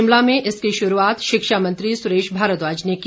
शिमला में इसकी शुरूआत शिक्षामंत्री सुरेश भारद्वाज ने की